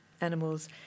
animals